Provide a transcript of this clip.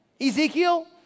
Ezekiel